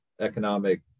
economic